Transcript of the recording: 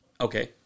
Okay